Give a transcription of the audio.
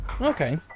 Okay